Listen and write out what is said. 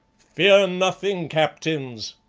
fear nothing, captains.